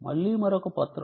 మళ్ళీ మరొక పత్రం